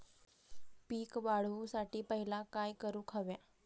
पीक वाढवुसाठी पहिला काय करूक हव्या?